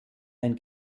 ein